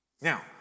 Now